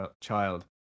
child